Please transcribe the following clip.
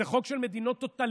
זה חוק של מדינות טוטליטריות.